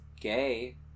gay